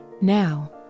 now